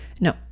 No